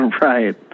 Right